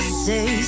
say